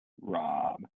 Rob